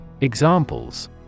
Examples